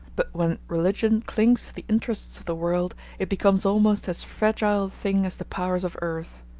but when religion clings to the interests of the world, it becomes almost as fragile a thing as the powers of earth.